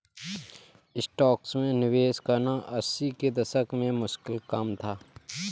stocks में निवेश करना अस्सी के दशक में मुश्किल काम था